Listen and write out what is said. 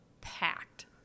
packed